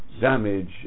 damage